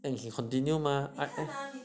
then you should continue mah